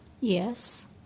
Yes